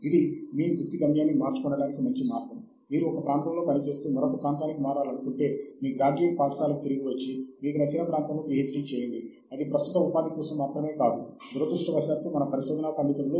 మరియు భారతదేశంలో మానవ వనరుల మంత్రిత్వ శాఖ ఇండెస్ట్ అనే కార్యక్రమమును అభివృద్ధి చేసింది